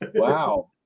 Wow